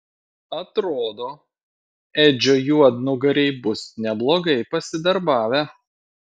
atrodo edžio juodnugariai bus neblogai pasidarbavę